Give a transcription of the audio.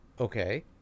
okay